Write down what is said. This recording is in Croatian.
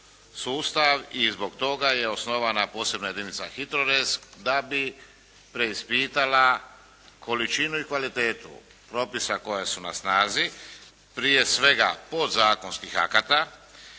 i zbog toga je osnovana posebna jedinica HITRORez da bi preispitala količinu i kvalitetu propisa koji su na snazi, prije svega podzakonskih akata